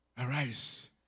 Arise